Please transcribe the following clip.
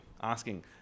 asking